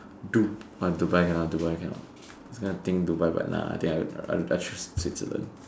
Dub orh Dubai ah Dubai cannot this kind of thing Dubai but nah I think I'd I'd choose Switzerland